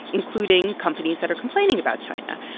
including companies that are complaining about china.